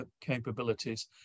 capabilities